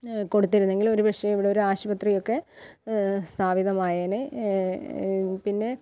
കൊടുത്തിരുന്നെങ്കിൽ ഒരു പക്ഷെ ഇവിടൊരാശുപത്രിയൊക്കെ സ്ഥാപിതമായേനെ പിന്നെ